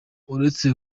uretse